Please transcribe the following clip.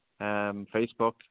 Facebook